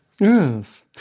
Yes